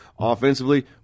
Offensively